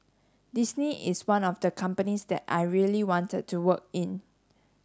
Disney is one of the companies that I really wanted to work in